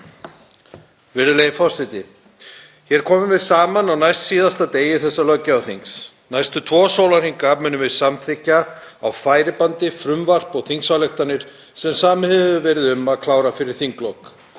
Virðulegi forseti. Hér komum við saman á næstsíðasta degi þessa löggjafarþings. Næstu tvo sólarhringa munum við samþykkja á færibandi frumvörp og þingsályktunartillögur sem samið hefur verið um að klára fyrir þinglok.